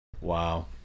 Wow